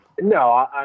No